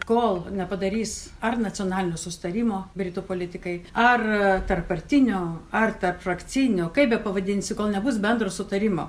kol nepadarys ar nacionalinio susitarimo britų politikai ar tarppartinio ar tarpfrakcijinio kaip bepavadinsi kol nebus bendro sutarimo